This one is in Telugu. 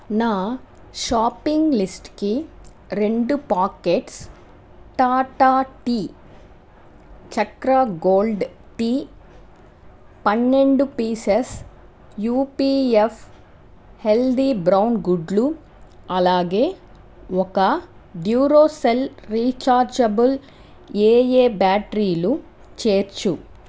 నా షాపింగ్ లిస్టుకి రెండు packets Tata tea Chakra gold tea పన్నెండు పీసెస్ యూపీఎఫ్ హెల్తీ బ్రౌన్ గుడ్లు అలాగే ఒక డ్యురోసెల్ రిచార్జబుల్ ఏఏ బ్యాటరీలు చేర్చు